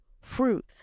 fruit